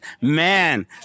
Man